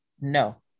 no